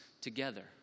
together